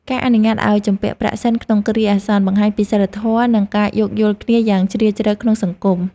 ការអនុញ្ញាតឱ្យជំពាក់ប្រាក់សិនក្នុងគ្រាអាសន្នបង្ហាញពីសីលធម៌និងការយោគយល់គ្នាយ៉ាងជ្រាលជ្រៅក្នុងសង្គម។